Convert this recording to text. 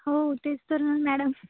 हो तेच तर ना मॅडम